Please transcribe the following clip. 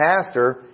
pastor